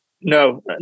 No